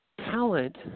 talent